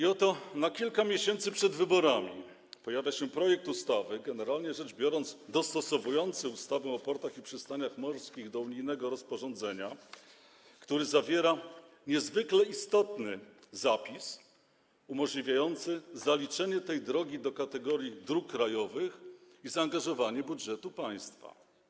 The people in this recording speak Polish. I oto na kilka miesięcy przed wyborami pojawia się projekt ustawy, generalnie rzecz biorąc dostosowujący ustawę o portach i przystaniach morskich do unijnego rozporządzenia, który zawiera niezwykle istotny zapis umożliwiający zaliczenie tej drogi do kategorii dróg krajowych i zaangażowanie budżetu państwa.